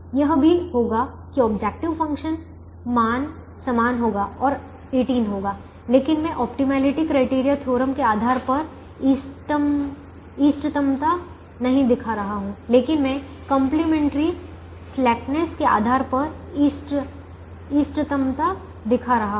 यह भी होगा कि ऑब्जेक्टिव फ़ंक्शन मान समान होगा और 18 होगा लेकिन मैं ऑप्टिमैलिटी क्राइटेरिया थ्योरम के आधार पर इष्टतमता नहीं दिखा रहा हूं लेकिन मैं कंप्लीमेंट्री स्लैकनेस के आधार पर इष्टतमता दिखा रहा हूं